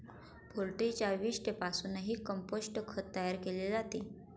पोल्ट्रीच्या विष्ठेपासूनही कंपोस्ट खत तयार केले जाते